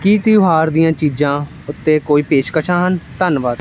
ਕੀ ਤਿਉਹਾਰ ਦੀਆਂ ਚੀਜ਼ਾਂ ਉੱਤੇ ਕੋਈ ਪੇਸ਼ਕਸ਼ਾਂ ਹਨ ਧੰਨਵਾਦ